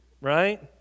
right